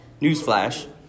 newsflash